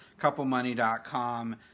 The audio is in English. couplemoney.com